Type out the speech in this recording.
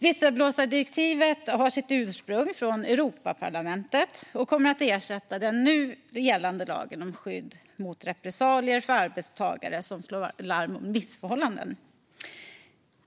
Visselblåsardirektivet har sitt ursprung i Europaparlamentet och kommer att ersätta den nu gällande lagen om skydd mot repressalier för arbetstagare som slår larm om missförhållanden.